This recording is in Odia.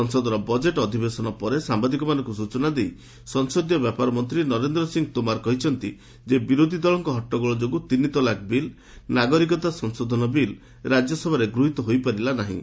ସଂସଦର ବଜେଟ୍ ଅଧିବେଶନ ପରେ ସାମ୍ବାଦିକମାନଙ୍କୁ ସୂଚନା ଦେଇ ସଂସଦୀୟ ବ୍ୟାପାର ମନ୍ତ୍ରୀ ନରେନ୍ଦ୍ର ସିଂ ତୋମର କହିଛନ୍ତି ଯେ ବିରୋଧୀ ଦଳଙ୍କ ହଟ୍ଟଗୋଳ ଯୋଗୁଁ ତିନି ତଲାକ ବିଲ୍ ନାଗରିକତା ସଂଶୋଧନ ବିଲ୍ ରାଜ୍ୟସଭାରେ ଗୃହୀତ ହୋଇପାରିଲା ନାହିଁ